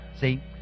See